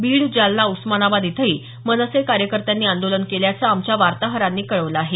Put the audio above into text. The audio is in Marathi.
बीड जालना उस्मानाबाद इथंही मनसे कार्यकर्त्यांनी आंदोलन केल्याचं आमच्या वार्ताहरांनी कळवलं आहे